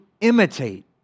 imitate